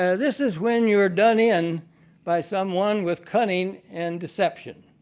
and this is when you are done in by someone with cunning and deception.